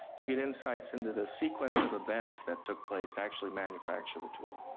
you get insights into the sequence of events that took place to actually manufacture the tool.